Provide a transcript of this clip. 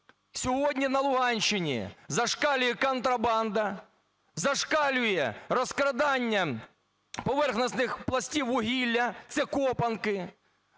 Сьогодні на Луганщині зашкалює контрабанда, зашкалює розкрадання поверхносних пластів вугілля, це копанки,